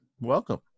welcome